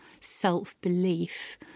self-belief